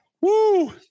Woo